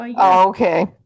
okay